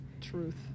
truth